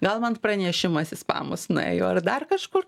gal man pranešimas į spamus nuėjo ar dar kažkur